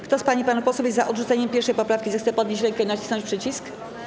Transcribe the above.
Kto z pań i panów posłów jest za odrzuceniem 1. poprawki, zechce podnieść rękę i nacisnąć przycisk.